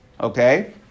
Okay